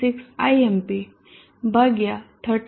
96 Imp ભાગ્યા 36